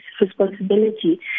responsibility